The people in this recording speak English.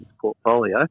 portfolio